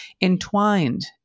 Entwined